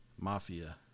mafia